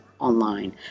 online